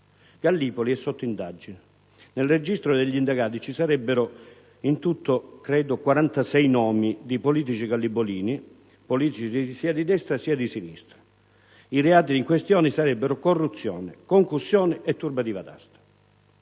Gallipoli è sotto indagine; nel registro degli indagati ci sarebbero in tutto 46 nomi di politici gallipolini, sia di destra, sia di sinistra ed i reati in questione sarebbero corruzione, concussione e turbativa d'asta.